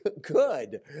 good